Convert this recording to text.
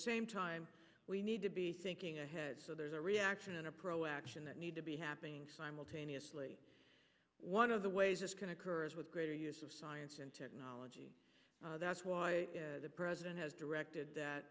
same time we need to be thinking ahead so there's a reaction and a pro action that need to be happening simultaneously one of the ways this can occur is with greater use of science and technology that's why the president has directed that